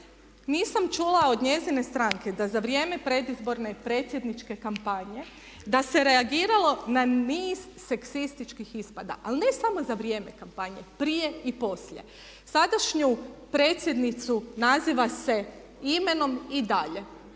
nisam čula od njezine stranke da za vrijeme predizborne i predsjedničke kampanje da se reagiralo na niz seksističkih ispada. Ali ne samo za vrijeme kampanje, prije i poslije. Sadašnju predsjednicu naziva se imenom i dalje.